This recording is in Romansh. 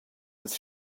ils